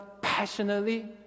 passionately